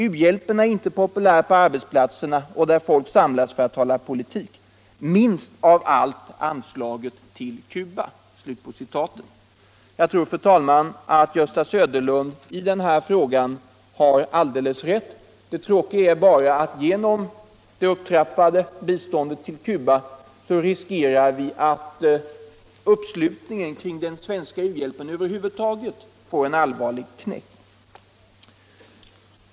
U-hjälpen är inte populär på arbetsplatserna och där folk samlas för att tala politik, minst av allt anslaget till Kuba.” Jag tror att Gösta Söderlund i den här frågan har alldeles rätt. Det tråkiga är bara att vi genom det upptrappade biståndet till Cuba riskerar att uppslutningen kring den svenska u-hjälpen får en allvarlig knäck.